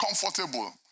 comfortable